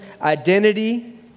identity